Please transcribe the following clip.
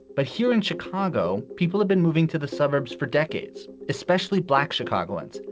but here in chicago, people have been moving to the suburbs for decades, especially black chicagoans.